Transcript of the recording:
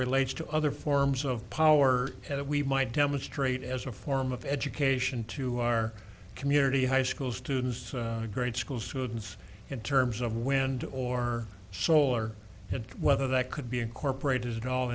relates to other forms of power that we might demonstrate as a form of education to our community high school students to grade school students in terms of wind or solar and whether that could be incorporated at all